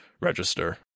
register